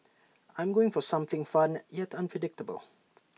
I'm going for something fun yet unpredictable